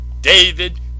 David